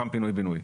מתחם פינוי בינוי,